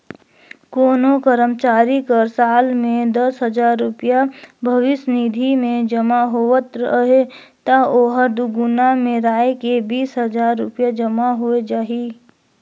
कोनो करमचारी कर साल में दस हजार रूपिया भविस निधि में जमा होवत अहे ता ओहर दुगुना मेराए के बीस हजार रूपिया जमा होए जाही